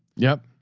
yep.